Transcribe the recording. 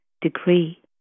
degree